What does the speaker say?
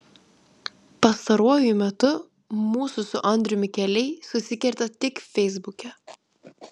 pastaruoju metu mūsų su andriumi keliai susikerta tik feisbuke